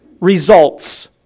results